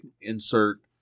insert